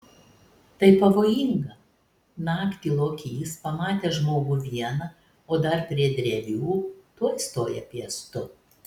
tai pavojinga naktį lokys pamatęs žmogų vieną o dar prie drevių tuoj stoja piestu